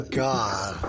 god